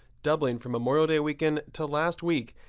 doubling for memorial day weekend to last week.